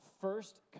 first